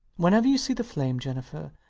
whenever you see the flame, jennifer,